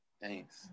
Thanks